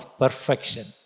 perfection